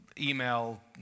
email